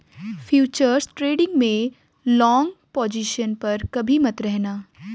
futures trading में long position पर कभी मत रहना